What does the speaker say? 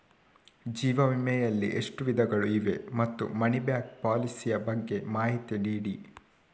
ಜೀವ ವಿಮೆ ಯಲ್ಲಿ ಎಷ್ಟು ವಿಧಗಳು ಇವೆ ಮತ್ತು ಮನಿ ಬ್ಯಾಕ್ ಪಾಲಿಸಿ ಯ ಬಗ್ಗೆ ಮಾಹಿತಿ ನೀಡಿ?